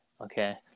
okay